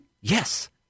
Yes